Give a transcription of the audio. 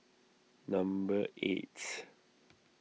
number eight